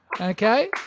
Okay